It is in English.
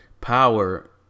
Power